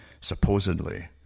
supposedly